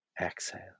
exhale